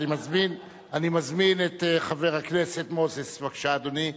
אני מזמין את חבר הכנסת מוזס, בבקשה, אדוני,